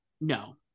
no